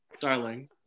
darling